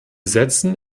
setzen